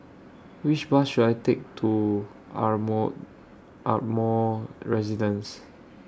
Which Bus should I Take to Ardmore Ardmore Residence